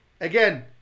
again